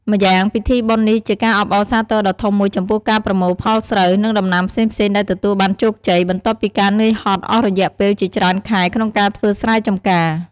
ម្យ៉ាងពិធីបុណ្យនេះជាការអបអរសាទរដ៏ធំមួយចំពោះការប្រមូលផលស្រូវ និងដំណាំផ្សេងៗដែលទទួលបានជោគជ័យ បន្ទាប់ពីការនឿយហត់អស់រយៈពេលជាច្រើនខែក្នុងការធ្វើស្រែចំកា។